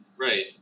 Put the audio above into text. right